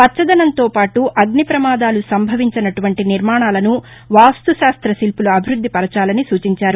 పచ్చదనంతో పాటు అగ్ని ప్రమాదాలు సంభవించనటువంటి నిర్మాణాలను వాస్తుశిల్పులు అభివృద్ది పరచాలని సూచించారు